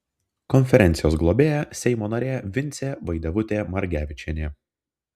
konferencijos globėja seimo narė vincė vaidevutė margevičienė